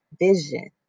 vision